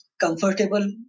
comfortable